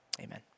Amen